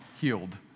healed